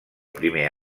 primer